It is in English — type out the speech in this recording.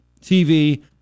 TV